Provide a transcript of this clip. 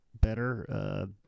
better